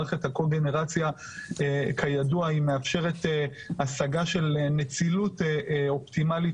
מערכת הקוגנרציה מאפשר השגה של נצילות אופטימלית